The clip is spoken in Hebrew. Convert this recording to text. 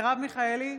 מרב מיכאלי,